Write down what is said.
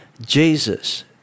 Jesus